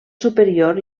superior